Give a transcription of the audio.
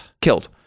Killed